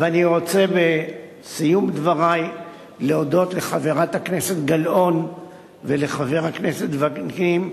ואני רוצה בסיום דברי להודות לחברת הכנסת גלאון ולחבר הכנסת וקנין,